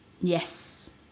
Yes